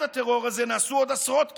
נעשו עוד עשרות תקיפות,